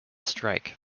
strike